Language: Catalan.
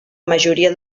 majoria